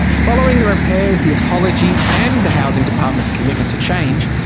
following the repairs, the apology and the housing department's commitment to change,